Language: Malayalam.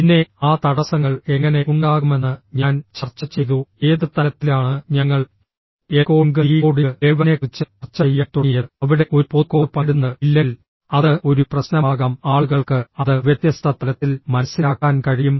പിന്നെ ആ തടസ്സങ്ങൾ എങ്ങനെ ഉണ്ടാകുമെന്ന് ഞാൻ ചർച്ച ചെയ്തു ഏത് തലത്തിലാണ് ഞങ്ങൾ എൻകോഡിംഗ് ഡീകോഡിംഗ് ലെവലിനെക്കുറിച്ച് ചർച്ച ചെയ്യാൻ തുടങ്ങിയത് അവിടെ ഒരു പൊതു കോഡ് പങ്കിടുന്നത് ഇല്ലെങ്കിൽ അത് ഒരു പ്രശ്നമാകാം ആളുകൾക്ക് അത് വ്യത്യസ്ത തലത്തിൽ മനസ്സിലാക്കാൻ കഴിയും